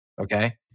okay